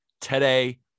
today